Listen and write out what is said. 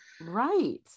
Right